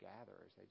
gatherers